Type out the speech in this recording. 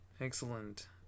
excellent